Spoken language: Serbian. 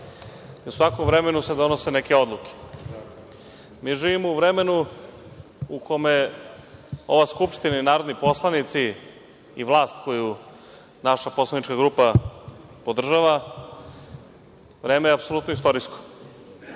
i u svakom vremenu se donose neke odluke. Mi živimo u vremenu u kome ova Skupština i narodni poslanici i vlast koju naša poslanička grupa podržava, vreme je apsolutno istorijsko.